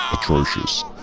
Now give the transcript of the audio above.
atrocious